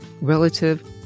relative